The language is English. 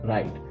Right